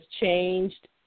changed